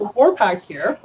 four-pack here.